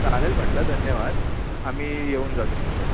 चालेल म्हटलं धन्यवाद आम्ही येऊन जातो तुमच्याशी